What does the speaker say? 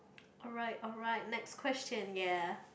alright alright next question ya